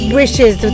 wishes